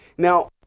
Now